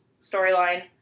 storyline